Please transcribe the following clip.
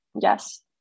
yes